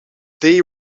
they